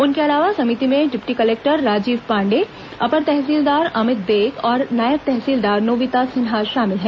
उनके अलावा समिति में डिप्टी कलेक्टर राजीव पांडेय अपर तहसीलदार अमित बेग और नायब तहसीलदार नोविता सिन्हा शामिल हैं